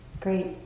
great